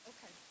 Okay